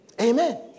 Amen